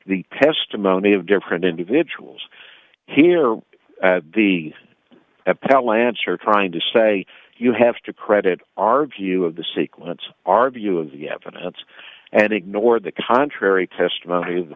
the testimony of different individuals here or the pat lancer trying to say you have to credit our view of the sequence our view of the evidence and ignore the contrary testimony